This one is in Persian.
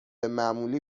معمولی